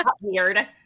weird